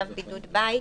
צו בידוד בית.